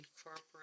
incorporate